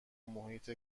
محیط